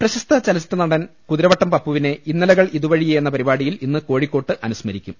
പ്രശസ്ത ചലച്ചിത്ര നടൻ കുതിരവട്ടം പപ്പുവിനെ ഇന്നലെ കൾ ഇതുവഴിയെ എന്ന പരിപാടിയിൽ ഇന്ന് കോഴിക്കോട്ട് അനു സ്മരിക്കും